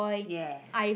ya